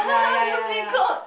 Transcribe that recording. ya ya ya ya